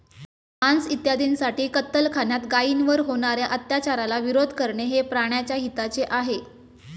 मांस इत्यादींसाठी कत्तलखान्यात गायींवर होणार्या अत्याचाराला विरोध करणे हे प्राण्याच्या हिताचे आहे